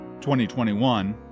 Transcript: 2021